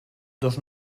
dos